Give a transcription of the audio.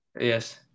Yes